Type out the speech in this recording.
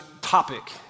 topic